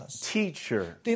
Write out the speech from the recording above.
teacher